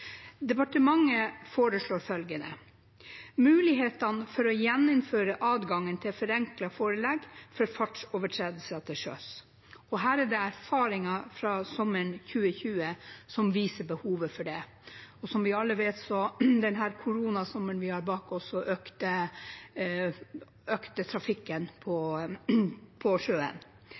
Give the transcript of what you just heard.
Departementet foreslår «å gjeninnføre adgangen til å ilegge forenklet forelegg ved fartsovertredelser til sjøs». Det er erfaringer fra sommeren 2020 som viser behovet for det. Som vi alle vet, økte trafikken på sjøen denne koronasommeren vi har bak oss.